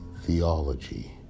theology